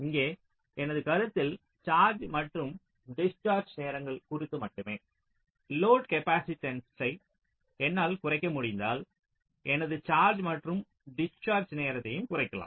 இங்கே எனது கருத்தில் சார்ஜ் மற்றும் டிஷ்சார்ஜ் நேரங்கள் குறித்து மட்டுமே லோடு காப்பாசிட்டன்ஸ்சை என்னால் குறைக்க முடிந்தால் எனது சார்ஜ் மற்றும் டிஷ்சார்ஜ் நேரத்தையும் குறைக்கலாம்